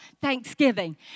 thanksgiving